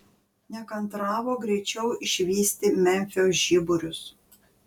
nekantravo greičiau išvysti memfio žiburius